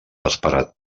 esperat